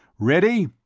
ready.